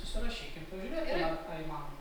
susirašykim pasižiūrėkim ar tai įmanoma